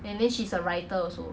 and then she's a writer also